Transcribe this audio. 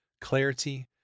clarity